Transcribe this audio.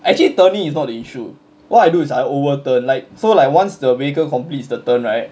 actually turning is not the issue what I do is I overturn like so like once the vehicle completes the turn right